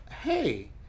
hey